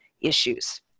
issues